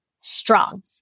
strong